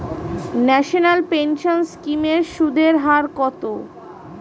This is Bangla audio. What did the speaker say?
ন্যাশনাল পেনশন স্কিম এর সুদের হার কত?